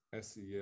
SEL